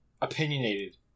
Opinionated